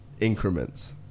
increments